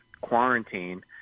quarantine